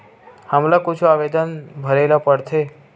हमला कुछु आवेदन भरेला पढ़थे?